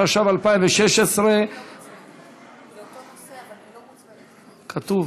התשע"ו 2016. כתוב,